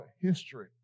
history